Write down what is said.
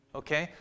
okay